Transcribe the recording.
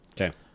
Okay